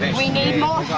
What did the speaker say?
we need more